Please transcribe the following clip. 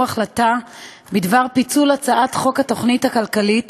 החלטה בדבר פיצול הצעת חוק התוכנית הכלכלית